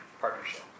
partnership